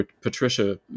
Patricia